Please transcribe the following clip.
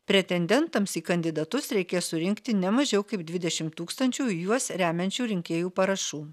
pretendentams į kandidatus reikės surinkti ne mažiau kaip dvidešimt tūkstančių juos remiančių rinkėjų parašų